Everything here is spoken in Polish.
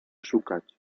szukać